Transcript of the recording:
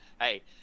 hey